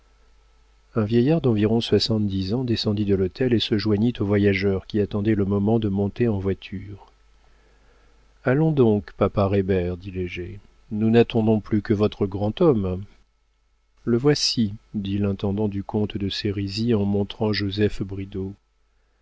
un vieillard d'environ soixante-dix ans descendit de l'hôtel et se joignit aux voyageurs qui attendaient le moment de monter en voiture allons donc papa reybert dit léger nous n'attendons plus que votre grand homme le voici dit l'intendant du comte de sérisy en montrant joseph bridau